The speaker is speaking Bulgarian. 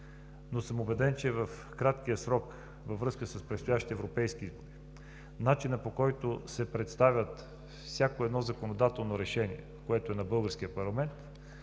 съм, че в краткия срок във връзка с предстоящите европейски избори начинът, по който се представя всяко едно законодателно решение, което е на българския парламент,